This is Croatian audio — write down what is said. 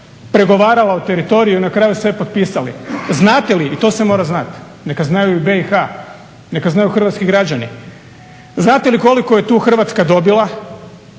pregovarali o teritoriju i na kraju sve potpisali. Znate li? I to se mora znati, neka znaju i u BiH, neka znaju hrvatski građani. Znate li koliko je tu Hrvatska dobila,